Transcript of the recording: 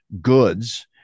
goods